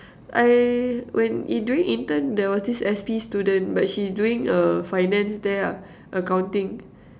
I when during intern there was this S_P student but she's doing (err finance there lah accounting